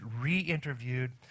re-interviewed